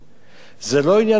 זה לא רק עניין של בית-הקברות.